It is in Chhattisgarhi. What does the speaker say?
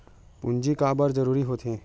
पूंजी का बार जरूरी हो थे?